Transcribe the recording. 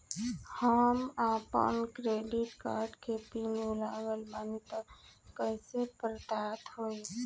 हम आपन credit card के पिन भुला गइल बानी त कइसे प्राप्त होई?